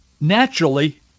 naturally